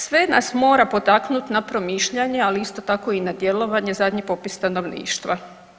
Sve nas mora potaknuti na promišljanje, ali isto tako i na djelovanje zadnji popis stanovništva.